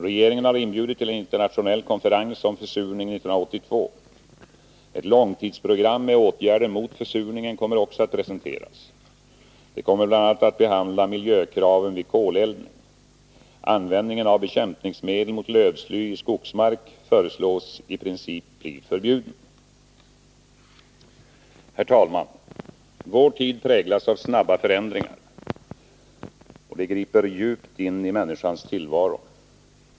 Regeringen har inbjudit till en internationell konferens om försurning 1982. Ett långtidsprogram med åtgärder mot försurningen kommer också att presenteras. Det kommer bl.a. att behandla miljökraven vid koleldning. Användningen av bekämpningsmedel mot lövsly i skogsmark föreslås i princip bli förbjuden. Vår tid präglas av snabba förändringar. De griper djupt in i människans tillvaro.